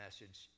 message